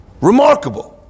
Remarkable